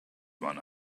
one